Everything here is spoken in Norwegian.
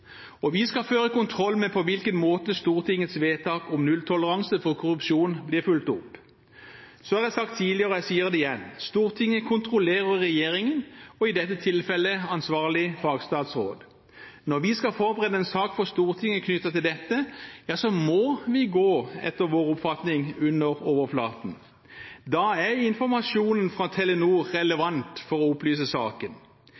Stortinget. Vi skal føre kontroll med på hvilken måte Stortingets vedtak om nulltoleranse for korrupsjon blir fulgt opp. Så har jeg sagt tidligere og sier det igjen: Stortinget kontrollerer regjeringen og i dette tilfellet ansvarlig fagstatsråd. Når vi skal forberede en sak for Stortinget knyttet til dette, må vi etter vår oppfatning gå under overflaten. Da er informasjonen fra Telenor